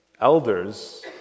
elders